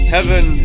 Heaven